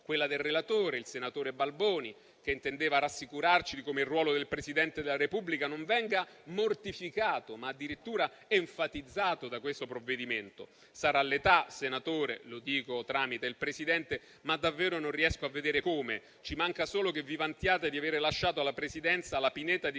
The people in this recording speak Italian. quella del relatore, il senatore Balboni, che intendeva rassicurarci come il ruolo del Presidente della Repubblica non venga mortificato, ma addirittura enfatizzato da questo provvedimento. Sarà l'età, senatore - lo dico tramite il Presidente - ma davvero non riesco a vedere come. Ci manca solo che vi vantiate di avere lasciato alla Presidenza la Pineta di